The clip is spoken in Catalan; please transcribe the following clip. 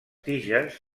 tiges